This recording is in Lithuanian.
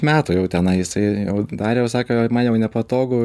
metų jau tenai jisai jau darė va sako man jau nepatogu